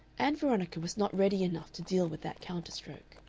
ann veronica was not ready enough to deal with that counter-stroke.